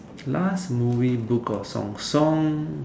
last movie book or songs song